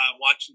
watching